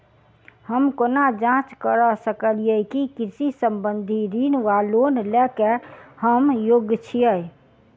हम केना जाँच करऽ सकलिये की कृषि संबंधी ऋण वा लोन लय केँ हम योग्य छीयै?